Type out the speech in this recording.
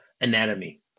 anatomy